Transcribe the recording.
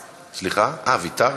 אה, ויתרת?